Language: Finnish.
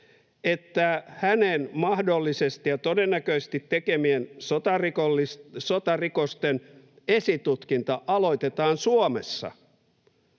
että hänen mahdollisesti ja todennäköisesti tekemien sotarikosten esitutkinta aloitetaan Suomessa,